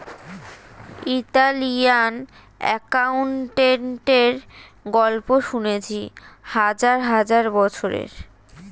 Italian অ্যাকাউন্টেন্টের গল্প শুনেছি হাজার হাজার বছরের